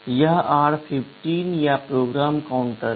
यह r15 या program counter है